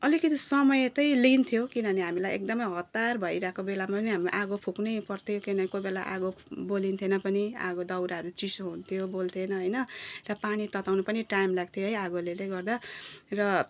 अलिकिति समय त लिन्थ्यो किनभने हामीलाई एकदमै हतार भइरहेको बेलामा नै अब आगो फुक्नै पर्थ्यो किनभने कोही बेला आगो बल्थेन पनि आगो दौराहरू चिसो हुन्थ्यो बल्थेन होइन र पानी तताउनु पनि टाइम लाग्थ्यो है आगोले नै गर्दा र